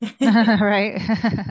Right